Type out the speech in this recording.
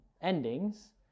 endings